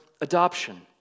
adoption